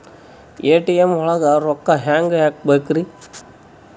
ATM ಒಳಗ್ ರೊಕ್ಕ ಹೆಂಗ್ ಹ್ಹಾಕ್ಬೇಕ್ರಿ?